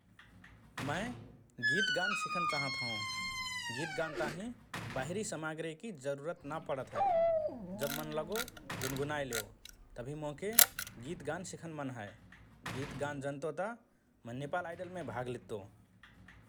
मए गीत गान सिखन चाहत हओं । गीत गान ताहिँ बाहिरी समग्रीकि जरुरत ना पडत हए । जब मन लगो गुनगुनाए लेओ । तभि मोके गीत गान सिखन मन हए ।